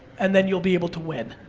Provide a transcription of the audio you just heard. and then you'll be able to win.